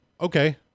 Okay